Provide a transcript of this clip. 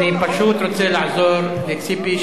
אני פשוט רוצה לעזור לציפי,